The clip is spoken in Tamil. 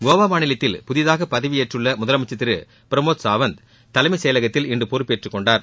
கோவா மாநிலத்தில் புதிதாக பதவியேற்றுள்ள முதலமைச்சர் திரு பிரமோத் சாவந்த் தலைமைச் செயலகத்தில் இன்று பொறுப்பேற்றுக் கொண்டார்